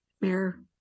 Mayor